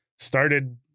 Started